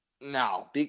No